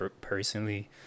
personally